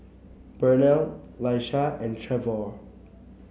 Burnell Laisha and Trevor